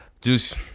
Juice